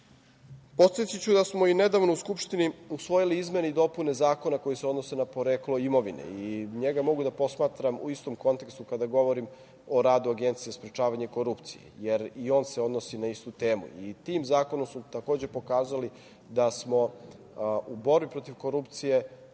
da smo i nedavno u Skupštini usvojili izmene i dopune zakona koji se odnose na poreklo imovine. Njega mogu da posmatram u istom kontekstu kada govorim o radu Agencije za sprečavanje korupcije, jer i on se odnosi na istu temu. I tim zakonom smo takođe pokazali da smo u borbi protiv korupcije